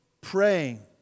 praying